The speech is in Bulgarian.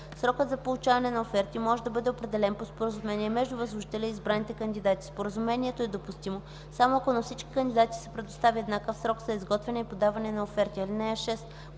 Срокът за получаване на оферти може да бъде определен по споразумение между възложителя и избраните кандидати. Споразумението е допустимо само ако на всички кандидати се предостави еднакъв срок за изготвяне и подаване на оферти.